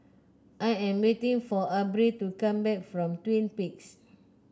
I am waiting for Abril to come back from Twin Peaks